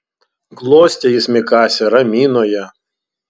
glostė jis mikasę ramino ją